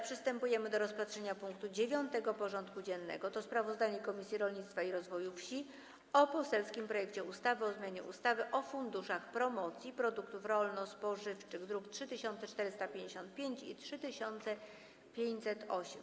Przystępujemy do rozpatrzenia punktu 9. porządku dziennego: Sprawozdanie Komisji Rolnictwa i Rozwoju Wsi o poselskim projekcie ustawy o zmianie ustawy o funduszach promocji produktów rolno-spożywczych (druki nr 3455 i 3508)